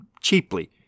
cheaply